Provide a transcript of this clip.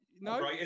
no